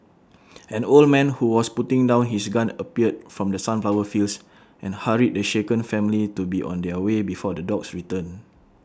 an old man who was putting down his gun appeared from the sunflower fields and hurried the shaken family to be on their way before the dogs return